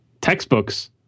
textbooks